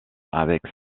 avec